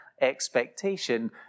expectation